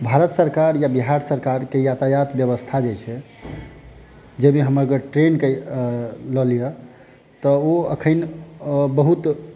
भारत सरकार या बिहार सरकारके यातायात व्यवस्था जे छै जाहिमे हम अगर ट्रैन के लऽ लिअ तऽ ओ अखन बहुत